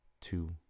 two